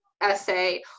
essay